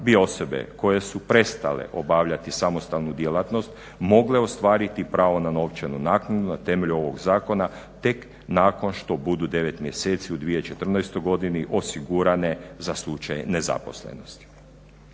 bi osobe koje su prestale obavljati samostalnu djelatnost mogle ostvariti pravo na novčanu naknadu na temelju ovog zakona tek nakon što budu 9 mjeseci u 2014. godini osigurane za slučaj nezaposlenosti.